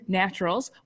naturals